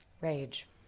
rage